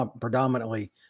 predominantly